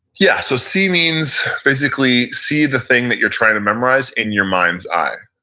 yeah so see means basically see the thing that you're trying to memorize in your mind's eye.